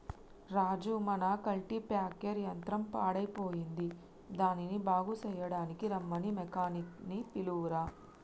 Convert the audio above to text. రాజు మన కల్టిప్యాకెర్ యంత్రం పాడయ్యిపోయింది దానిని బాగు సెయ్యడానికీ రమ్మని మెకానిక్ నీ పిలువురా